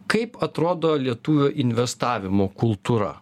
kaip atrodo lietuvių investavimo kultūra